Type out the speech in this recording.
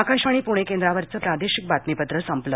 आकाशवाणी पूणे केंद्रावरचं प्रादेशिक बातमीपत्र संपलं